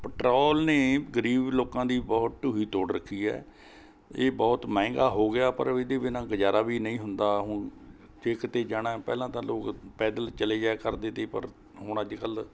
petrol ਨੇ ਗਰੀਬ ਲੋਕਾਂ ਦੀ ਬਹੁਤ ਢੂਹੀ ਤੋੜ ਰੱਖੀ ਹੈ ਇਹ ਬਹੁਤ ਮਹਿੰਗਾ ਹੋ ਗਿਆ ਪਰ ਇਹਦੇ ਬਿਨਾਂ ਗੁਜ਼ਾਰਾ ਵੀ ਨਹੀਂ ਹੁੰਦਾ ਹੁਣ ਜੇ ਕਿਤੇ ਜਾਣਾ ਪਹਿਲਾਂ ਤਾਂ ਲੋਕ ਪੈਦਲ ਚਲੇ ਜਾਇਆ ਕਰਦੇ ਤੇ ਪਰ ਹੁਣ ਅੱਜ ਕੱਲ੍ਹ